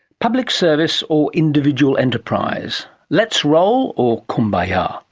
public service or individual enterprise? let's roll or kumbaya? ah